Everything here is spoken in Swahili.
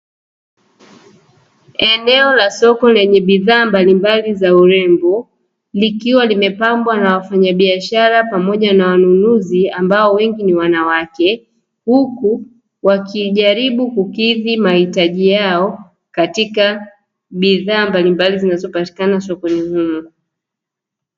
Eneo la soko lenye bidhaa mbalimbali za urembo likiwa limepambwa na wafanyabiashara pamoja na wanunuzi, ambao wengi ni wanawake huku wakijaribu kukidhi mahitaji yao katika bidhaa mbalimbali zinazopatikana sokoni humo.